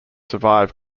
survive